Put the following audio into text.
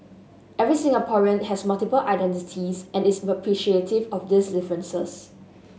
every Singaporean has multiple identities and is appreciative of these differences